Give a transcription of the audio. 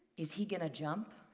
is he going to jump?